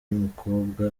n’umukobwa